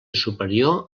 superior